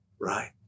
Right